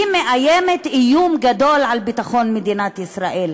היא מאיימת איום גדול על ביטחון מדינת ישראל.